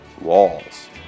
Walls